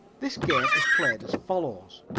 this game is played as follows